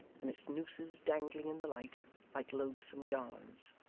and its nooses dangling in the light like loathsome garlands.